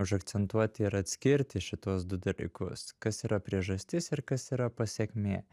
užakcentuoti ir atskirti šituos du dalykus kas yra priežastis ir kas yra pasekmė